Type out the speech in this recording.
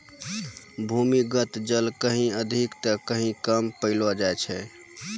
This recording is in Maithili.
भूमीगत जल कहीं अधिक त कहीं कम पैलो जाय छै